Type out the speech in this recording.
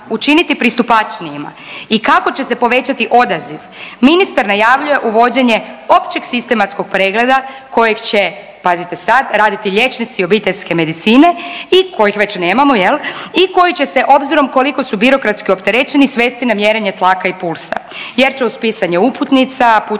učiniti pristupačnijima i kako će se povećati odaziv ministar najavljuje uvođenje općeg sistematskog pregleda kojeg će pazite sad raditi liječnici obiteljske medicine i kojih već nemamo i koji će se obzirom koliko su birokratski opterećeni svesti na mjerenje tlaka i pulsa, jer će uz pisanje uputnica, putnih